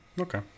Okay